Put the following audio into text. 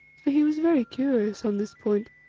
for he was very curious on this point,